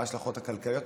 מה ההשלכות הכלכליות,